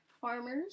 farmers